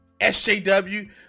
SJW